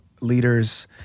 leaders